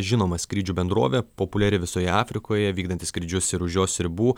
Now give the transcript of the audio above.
žinoma skrydžių bendrovė populiari visoje afrikoje vykdanti skrydžius ir už jos ribų